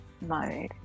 mode